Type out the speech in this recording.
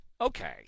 Okay